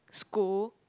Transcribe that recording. school